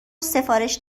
سفارش